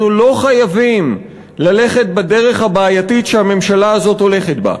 אנחנו לא חייבים ללכת בדרך הבעייתית שהממשלה הזאת הולכת בה.